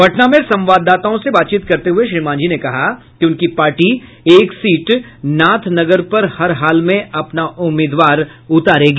पटना में संवादादाताओं से बातचीत करते हुए श्री मांझी ने कहा कि उनकी पार्टी एक सीट नाथनगर पर हर हाल में अपना उम्मीदवार उतारेगी